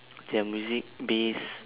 their music base